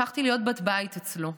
הפכתי להיות בת בית אצלו.